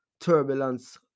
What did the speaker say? Turbulence